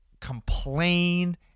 complain